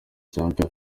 cyangwa